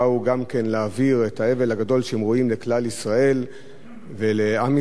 להעביר את האבל הגדול שהם רואים לכלל ישראל ולעם ישראל,